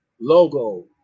logo